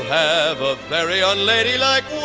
have a very unladylike